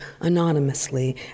anonymously